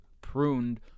pruned